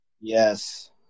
Yes